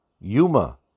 Yuma